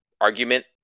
argument